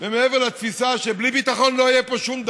במה שאתם עושים, אתם פוגעים בכולם.